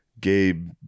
Gabe